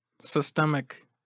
systemic